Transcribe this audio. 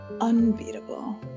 unbeatable